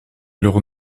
leur